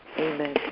Amen